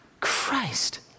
Christ